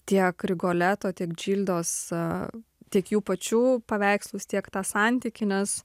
tiek rigoleto tiek džildos tiek jų pačių paveikslus tiek tą santykį nes